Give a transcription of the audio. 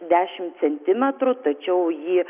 dešim centimetrų tačiau ji